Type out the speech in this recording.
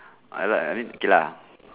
I like I mean okay lah